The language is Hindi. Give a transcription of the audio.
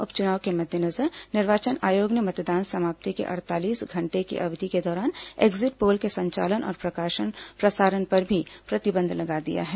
उप चुनाव के मद्देनजर निर्वाचन आयोग ने मतदान समाप्ति के अड़तालीस घंटे की अवधि के दौरान एक्जिट पोल के संचालन और प्रकाशन प्रसारण पर भी प्रतिबंध लगा दिया है